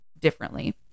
differently